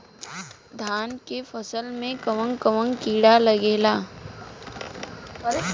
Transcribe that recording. धान के फसल मे कवन कवन कीड़ा लागेला?